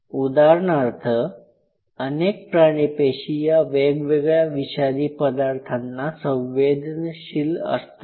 उदाहरणार्थ अनेक प्राणी पेशी या वेगवेगळ्या विषारी पदार्थांना संवेदनशील असतात